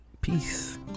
Peace